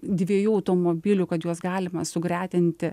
dviejų automobilių kad juos galima sugretinti